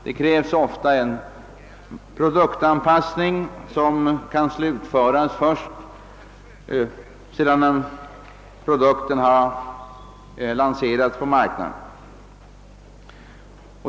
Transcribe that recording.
Det erfordras ofta en produktanpassning, som kan slutföras först sedan produkten har lanserats på marknaden.